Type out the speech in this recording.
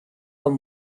amb